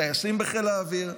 טייסים בחיל האוויר,